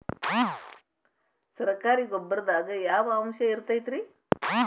ಸರಕಾರಿ ಗೊಬ್ಬರದಾಗ ಯಾವ ಅಂಶ ಇರತೈತ್ರಿ?